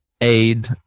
aid